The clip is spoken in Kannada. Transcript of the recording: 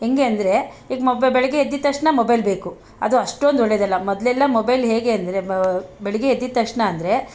ಹೆಂಗೆ ಅಂದರೆ ಈಗ ಮೊಬೈ ಬೆಳಿಗ್ಗೆ ಎದ್ದ ತಕ್ಷಣ ಮೊಬೈಲ್ ಬೇಕು ಅದು ಅಷ್ಟೊಂದು ಒಳ್ಳೆದಲ್ಲ ಮೊದಲೆಲ್ಲ ಮೊಬೈಲ್ ಹೇಗೆ ಅಂದರೆ ಬ ಬೆಳಿಗ್ಗೆ ಎದ್ದ ತಕ್ಷಣ ಅಂದರೆ